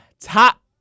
top